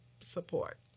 support